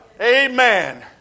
Amen